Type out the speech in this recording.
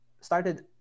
started